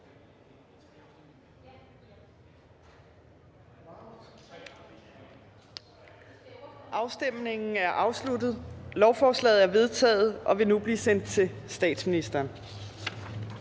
stemte 8 (DF).] Lovforslaget er vedtaget og vil blive sendt til statsministeren.